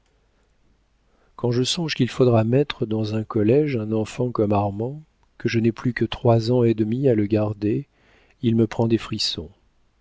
quand je songe qu'il faudra mettre dans un collége un enfant comme armand que je n'ai plus que trois ans et demi à le garder il me prend des frissons